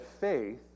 faith